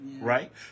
right